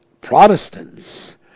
Protestants